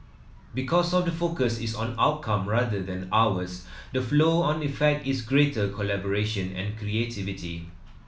because of the focus is on outcome rather than hours the flow on effect is greater collaboration and creativity